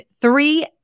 three